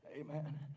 Amen